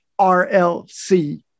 RLC